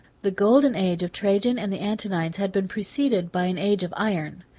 the golden age of trajan and the antonines had been preceded by an age of iron.